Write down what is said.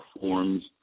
forms